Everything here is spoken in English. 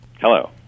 Hello